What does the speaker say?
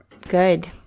good